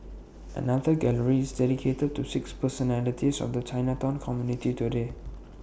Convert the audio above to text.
another gallery is dedicated to six personalities of the Chinatown community today